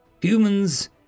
Humans